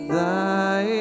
thy